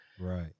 Right